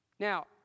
Now